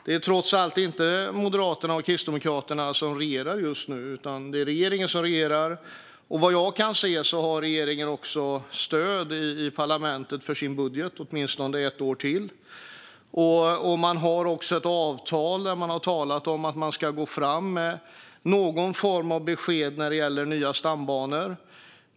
Det är trots allt inte Moderaterna och Kristdemokraterna som regerar just nu, utan det är regeringen som regerar. Och vad jag kan se har regeringen också stöd i parlamentet för sin budget, åtminstone ett år till. Man har också ett avtal om att man ska gå fram med någon form av besked när det gäller nya stambanor.